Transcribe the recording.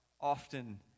often